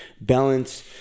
balance